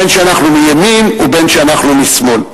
בין שאנחנו מימין ובין שאנחנו משמאל.